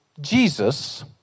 Jesus